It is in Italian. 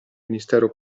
mistero